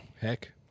Heck